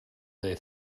they